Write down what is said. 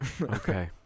Okay